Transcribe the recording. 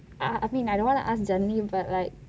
I mean I don't want to ask janani but like